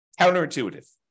Counterintuitive